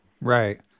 Right